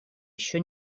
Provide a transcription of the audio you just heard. еще